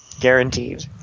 Guaranteed